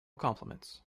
compliments